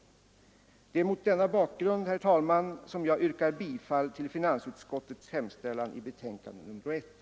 Det är mot denna bakgrund som jag yrkar bifall till finansutskottets hemställan i betänkandet nr 1.